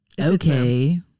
Okay